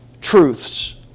truths